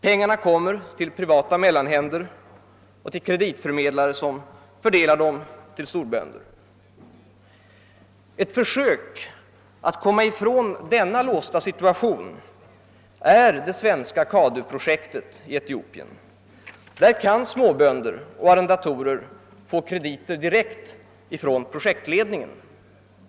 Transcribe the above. Pengarna går till privata mellanhänder och till kreditförmedlare, som fördelar dem till storbönderna. Ett försök att komma ifrån denna låsta situation är det svenska CADU projektet i Etiopien. Genom det kan småbönder och arrendatorer få utvecklingskrediter direkt från projektledningen.